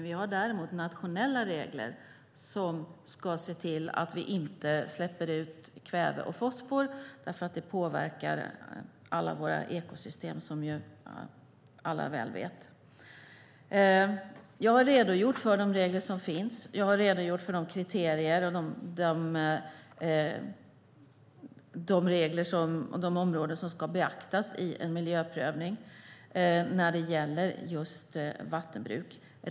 Vi har däremot nationella regler för att se till att vi inte släpper ut kväve och fosfor därför att det påverkar alla våra ekosystem, som vi alla väl vet. Jag har redogjort för de regler som finns och för de kriterier och områden som ska beaktas i en miljöprövning när det gäller just vattenbruk.